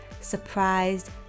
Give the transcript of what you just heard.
surprised